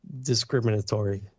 discriminatory